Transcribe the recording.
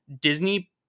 Disney